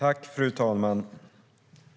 Fru talman!